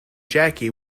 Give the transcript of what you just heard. jackie